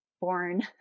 born